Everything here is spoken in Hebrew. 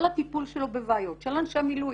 כל הטיפול בבעיות של אנשי מילואים,